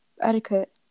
etiquette